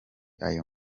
ayo